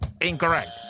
Incorrect